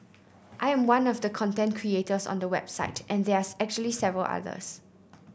I am one of the content creators on the website and there are actually several others